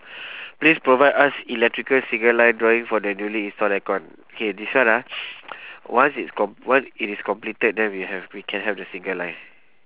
please provide us electrical single line drawing for the newly install aircon K this one ah once it's com~ once it is completed then we have we can have the single line